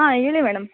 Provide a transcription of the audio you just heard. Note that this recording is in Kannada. ಹಾಂ ಹೇಳಿ ಮೇಡಮ್